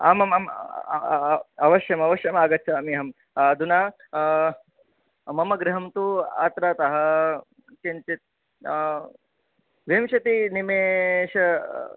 आमामाम् अवश्यमवश्यमागच्छामि अहं अधुना मम गृहं तु अत्र तः किञ्चित् विंशति निमेश